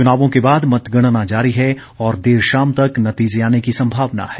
चुनावों के बाद मतगणना जारी है और देर शाम तक नतीजे आने की संभावना है